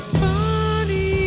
funny